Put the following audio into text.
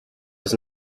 does